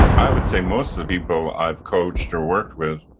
and i would say most of the people i've coached or worked with,